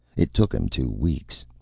it took him two weeks.